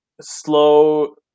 slow